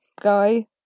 guy